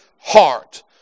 heart